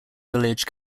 village